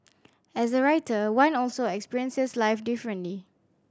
as a writer one also experiences life differently